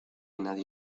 nadie